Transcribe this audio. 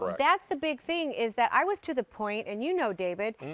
that's the big thing, is that i was to the point and you know, david,